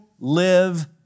live